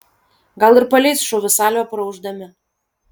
gal ir paleis šūvių salvę praūždami